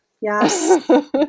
Yes